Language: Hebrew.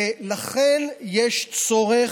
לכן יש צורך,